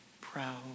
proud